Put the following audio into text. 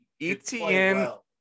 etn